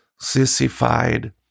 sissified